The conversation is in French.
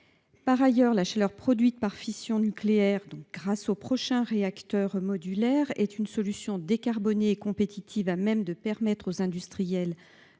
Par ailleurs, la chaleur produite par fission nucléaire grâce aux prochains réacteurs modulaires offre une solution décarbonée et compétitive, qui permettra aux industriels